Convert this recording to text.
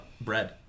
bread